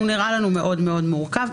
הוא נראה לנו מאוד מאוד מורכב,